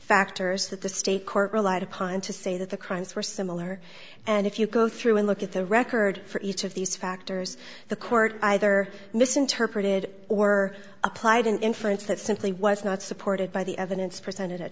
factors that the state court relied upon to say that the crimes were similar and if you go through and look at the record for each of these factors the court either misinterpreted or applied an inference that simply was not supported by the evidence presented at